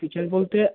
feature বলতে